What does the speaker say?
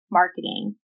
marketing